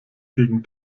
gegen